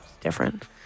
Different